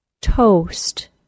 Toast